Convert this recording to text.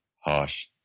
Harsh